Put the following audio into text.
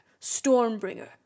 Stormbringer